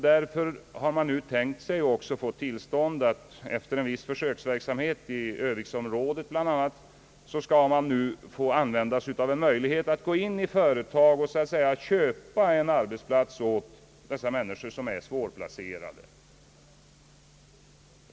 Därför har man nu tänkt sig, och även fått tillstånd, att efter viss försöksverksamhet i bl.a. Örnsköldsviksområdet få använda sig av möjligheten att gå in i företag och så att säga köpa en arbetsplats åt personer som är svårplacerade.